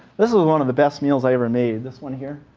this is one of the best meals i ever made. this one here.